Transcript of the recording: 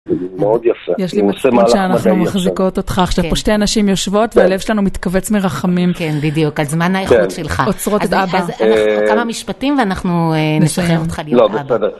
מאוד יפה, אני עושה מהלך מדעי עכשיו. יש לי מחזיקות שאנחנו מחזיקות אותך עכשיו, פה שתי אנשים יושבות והלב שלנו מתכווץ מרחמים, כן בדיוק, על זמן האיכות שלך, כן, עוצרות את אבא, אז כמה משפטים ואנחנו נשכחים אותך להיות אבא.